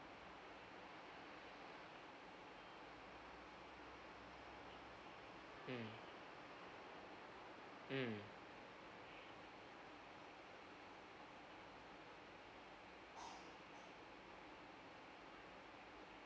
mm mm